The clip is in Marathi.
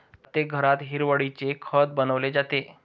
प्रत्येक घरात हिरवळीचे खत बनवले जाते